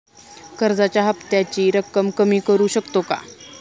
कर्जाच्या हफ्त्याची रक्कम कमी करू शकतो का?